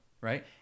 Right